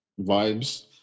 vibes